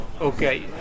okay